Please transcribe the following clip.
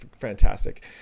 fantastic